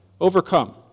Overcome